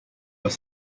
were